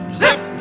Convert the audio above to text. zip